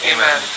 Amen